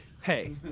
Hey